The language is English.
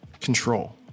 control